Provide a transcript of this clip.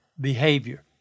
behavior